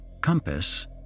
compass